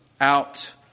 out